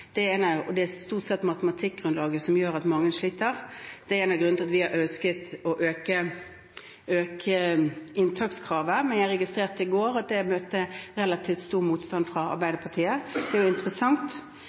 Det er stort sett matematikkgrunnlaget som gjør at mange sliter. Det er en av grunnene til at vi har ønsket å øke inntakskravet, men jeg registrerte i går at det møtte relativt stor motstand fra